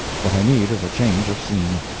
what i need is a change of scene.